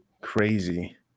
crazy